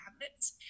habits